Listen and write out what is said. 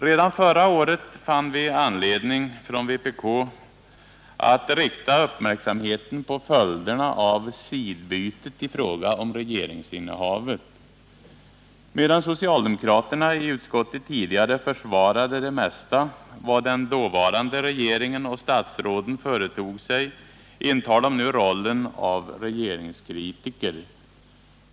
Redan förra året fann vi anledning att från vpk fästa uppmärksamhet på följderna av ”sidbytet” i fråga om regeringsinnehavet. Medan socialdemokraterna i utskottet tidigare försvarade det mesta av vad dåvarande regering och statsråd företog sig, intar de nu rollen av regeringskritiker.